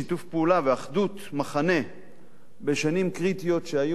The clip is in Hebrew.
פעולה ואחדות מחנה בשנים קריטיות שהיו,